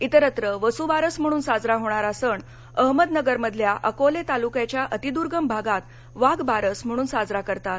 इतस्त्र वसुबारस म्हणून साजरा होणारा सण अहमदनगरमधल्या अकोले तालुक्याच्या अतिर्द्गम भागात वाघबारस म्हणून साजरा करतात